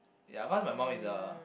ya cause my mom is a